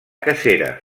cacera